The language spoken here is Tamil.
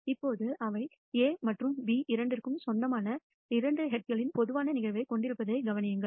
இப்போது அவை A மற்றும் B இரண்டிற்கும் சொந்தமான இரண்டு ஹெட்களின் பொதுவான நிகழ்வைக் கொண்டிருப்பதைக் கவனியுங்கள்